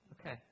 Okay